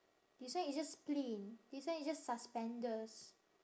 this one is just clean this one is just suspenders